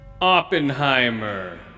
oppenheimer